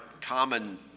common